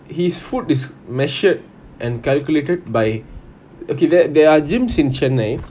his food is measured and calculated by okay there there are gyms in chennai